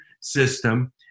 system